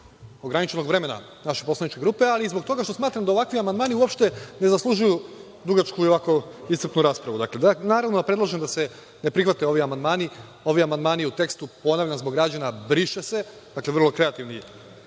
ograničenog vremena naše poslaničke grupe, ali i zbog toga što smatram da ovakvi amandmani uopšte ne zaslužuju dugačku i jako iscrpnu raspravu. Naravno, predlažem da se prihvate ovi amandmani, ovi amandmani u tekstu, ponavljam, zbog građana – briše se, dakle vrlo kreativni